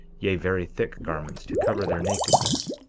yea, very thick garments to cover their nakedness.